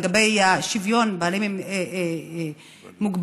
לגבי השוויון לבעלי מוגבלות,